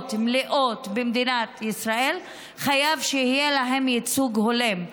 מלאות במדינת ישראל מחייב שיהיה להן ייצוג הולם.